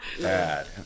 bad